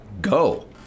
go